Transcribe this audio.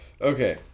Okay